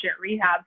rehab